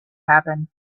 happen